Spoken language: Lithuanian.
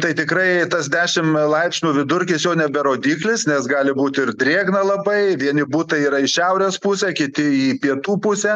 tai tikrai tas dešim laipsnių vidurkis jau nebe rodiklis nes gali būti ir drėgna labai vieni butai yra į šiaurės pusę kiti į pietų pusę